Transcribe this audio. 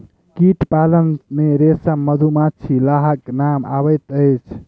कीट पालन मे रेशम, मधुमाछी, लाहक नाम अबैत अछि